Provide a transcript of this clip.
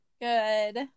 Good